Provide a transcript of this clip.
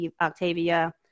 Octavia